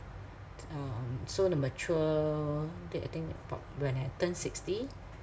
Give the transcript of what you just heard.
um so the mature date I think about when I turn sixty